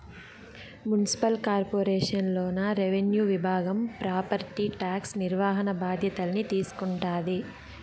municipal corporation లోన revenue విభాగం property tax నిర్వహణ బాధ్యతల్ని తీసుకుంటాది